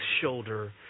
shoulder